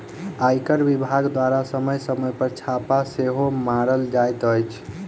आयकर विभाग द्वारा समय समय पर छापा सेहो मारल जाइत अछि